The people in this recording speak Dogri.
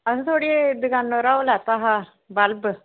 कल्ल थुआढ़ी दुकानै उप्परा ओह् लैता हा बल्ब